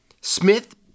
Smith